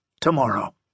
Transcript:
tomorrow